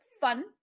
fun